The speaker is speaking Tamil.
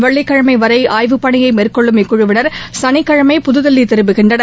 வெள்ளிக்கிழமை வரை ஆய்வுப்பணியை மேற்கொள்ளும் இக்குழுவினர் சனிக்கிழமை புதுதில்லி திரும்புகின்றனர்